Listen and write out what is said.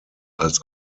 als